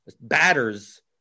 batters